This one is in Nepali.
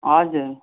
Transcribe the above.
हजुर